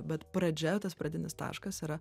bet pradžia tas pradinis taškas yra